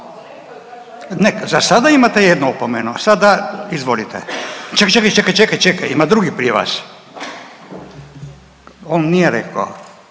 Za sada imate jednu opomenu, a sada izvolite. Čekaj, čekaj, čekaj, čekaj, čekaj ima drugih prije vas. On nije rekao